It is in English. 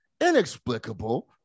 inexplicable